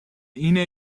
اینه